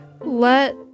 Let